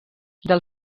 del